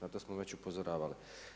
Na to smo već upozoravali.